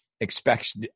expects